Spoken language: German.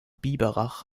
biberach